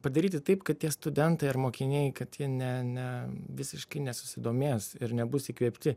padaryti taip kad tie studentai ar mokiniai kad jie ne ne visiškai nesusidomės ir nebus įkvėpti